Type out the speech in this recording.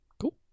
cool